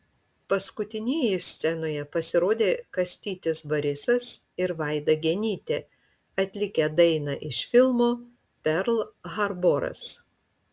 paskutinieji scenoje pasirodė kastytis barisas ir vaida genytė atlikę dainą iš filmo perl harboras